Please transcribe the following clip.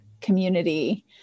community